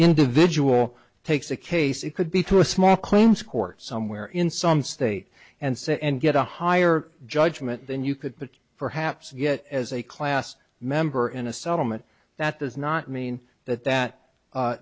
individual takes a case it could be to a small claims court somewhere in some state and sit and get a higher judgment than you could but perhaps get as a class member in a settlement that does not mean that that